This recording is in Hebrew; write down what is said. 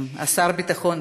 ה-60.